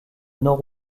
nord